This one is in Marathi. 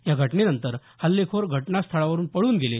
या घटनेनंतर हल्लेखोर घटनास्थळावरून पळून गेले